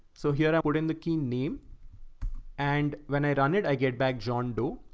so here i put in the key name and when i run it, i get back. john doe.